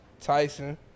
tyson